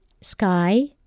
sky